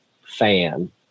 fan